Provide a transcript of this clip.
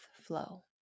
flow